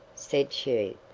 said she,